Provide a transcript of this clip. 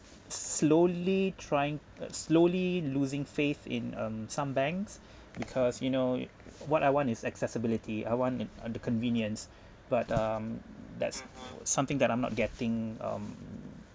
slowly trying uh slowly losing faith in um some banks because you know what I want is accessibility I want it on the convenience but um that's something that I'm not getting um